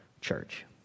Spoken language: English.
church